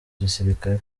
gisirikare